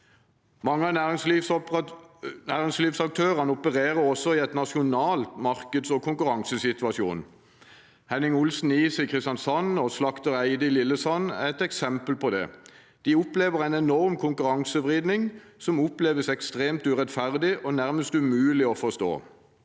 Mange av næringslivsaktørene opererer også i en nasjonal markeds- og konkurransesituasjon. Hennig-Olsen Is i Kristiansand og slakter Eide i Lillesand er eksempel på det. De opplever en enorm konkurransevridning som er ekstremt urettferdig og nærmest umulig å forstå.